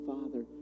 Father